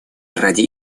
ради